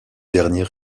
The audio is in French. derniers